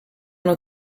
with